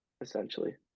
Essentially